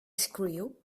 screw